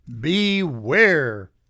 beware